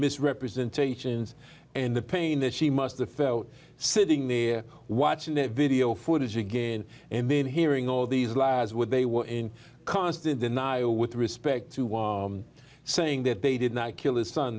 misrepresentations and the pain that she must the fellow sitting there watching that video footage again and then hearing all these lads would they were in constant denial with respect to saying that they did not kill his son